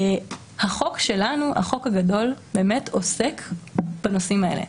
החוק שלנו, החוק הגדול, עוסק בנושאים האלה.